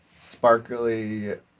sparkly